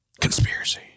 Conspiracy